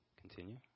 Continue